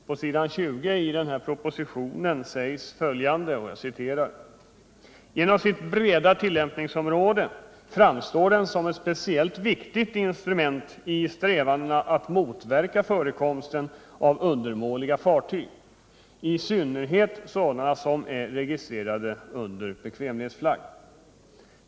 På s. 20 i nämnda proposition sägs följande: ”Genom sitt breda tillämpningsområde framstår den som ett speciellt viktigt instrument i strävandena att motverka förekomsten av undermåliga fartyg, i synnerhet sådana som är registrerade under bekvämlighetsflagg.